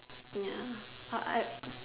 ya I